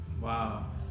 Wow